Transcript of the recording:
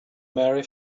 marry